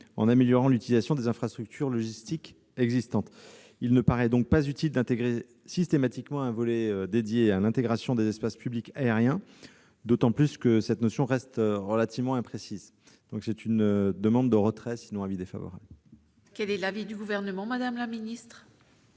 en améliorant l'utilisation des infrastructures logistiques existantes. Il ne paraît donc pas utile d'intégrer systématiquement un volet dédié à l'intégration des espaces publics aériens, d'autant que cette notion reste relativement imprécise. Je demande donc le retrait de ces amendements ; à défaut, l'avis sera défavorable. Quel est l'avis du Gouvernement ? Les auteurs de